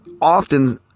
often